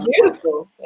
beautiful